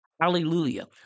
Hallelujah